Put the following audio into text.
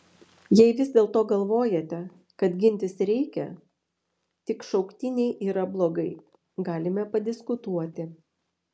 jei vis dėlto galvojate kad gintis reikia tik šauktiniai yra blogai galime padiskutuoti